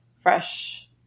fresh